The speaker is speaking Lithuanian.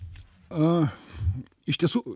a iš tiesų